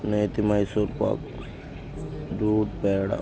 నేతి మైసూర్ పాక్ దూద్ పేడా